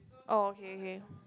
oh okay okay